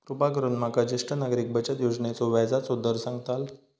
कृपा करून माका ज्येष्ठ नागरिक बचत योजनेचो व्याजचो दर सांगताल